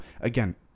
again